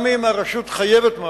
גם אם הרשות חייבת,